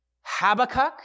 Habakkuk